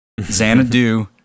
Xanadu